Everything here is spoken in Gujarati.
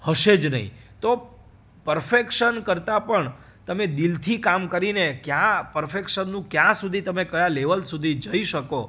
હશે જ નહીં તો પરફેકશન કરતાં પણ તમે દીલથી કામ કરીને ક્યાં પરફેકશનનું ક્યાં સુધી તમે કયા લેવલ સુધી જઈ શકો